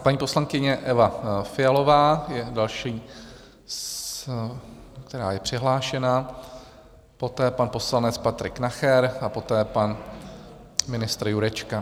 Paní poslankyně Eva Fialová je další, která je přihlášena, poté pan poslanec Patrik Nacher a poté pan ministr Jurečka.